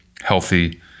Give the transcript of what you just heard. healthy